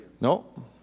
No